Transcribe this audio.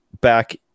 back